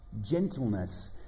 gentleness